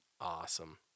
awesome